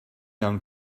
iawn